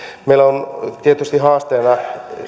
meillä on tietysti haasteena